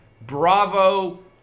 Bravo